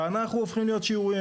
ואנחנו הופכים להיות שיעוריים